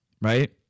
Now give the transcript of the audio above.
Right